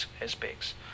aspects